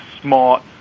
smart